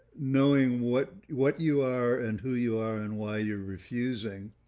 knowing what what you are and who you are, and why you're refusing.